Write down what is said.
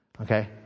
okay